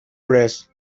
press